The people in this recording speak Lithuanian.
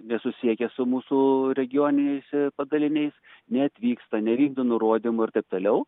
nesusisiekia su mūsų regioniniais padaliniais neatvyksta nevykdo nurodymų ir taip toliau